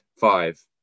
five